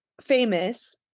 famous